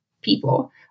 people